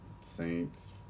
Saints